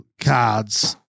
cards